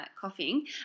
coughing